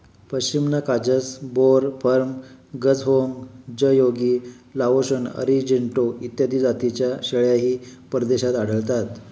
पश्मिना काजस, बोर, फर्म, गझहोंग, जयोगी, लाओशन, अरिजेंटो इत्यादी जातींच्या शेळ्याही परदेशात आढळतात